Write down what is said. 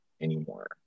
anymore